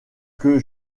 que